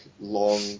long